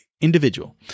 individual